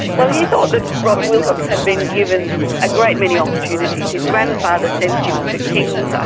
well, he thought that robert wilcox had been given a great many opportunities. his grandfather sent him to king's,